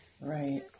Right